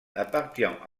appartient